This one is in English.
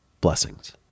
blessings